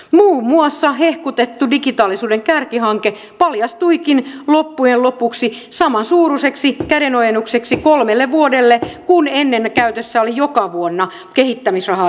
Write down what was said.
muun muassa hehkutettu digitaalisuuden kärkihanke paljastuikin loppujen lopuksi samansuuruiseksi kädenojennukseksi kolmelle vuodelle kuin ennen käytössä oli joka vuonna kehittämisrahaa digitaalisuuden edistämiseen